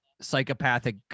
psychopathic